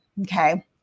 Okay